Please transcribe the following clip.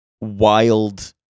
wild